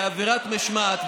בעברת משמעת,